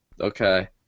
okay